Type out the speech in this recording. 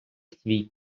свій